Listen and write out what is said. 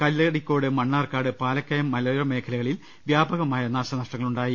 കല്ലടിക്കോട് മണ്ണാർക്കാട് പാലക്കയം മലയോര മേഖലകളിൽ വ്യാപകമായ നാശനഷ്ടങ്ങളുണ്ടായി